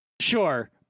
sure